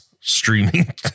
streaming